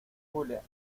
julia